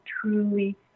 truly